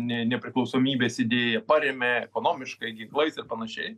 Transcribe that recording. ne nepriklausomybės idėja parėmė ekonomiškai ginklais ir panašiai